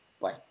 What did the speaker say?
Bye